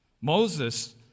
Moses